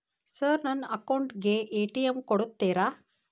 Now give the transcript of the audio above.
Sir ನನ್ನ account ಗೆ ATM ಕೊಡುತ್ತೇರಾ?